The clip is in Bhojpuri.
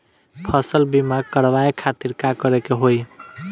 फसल बीमा करवाए खातिर का करे के होई?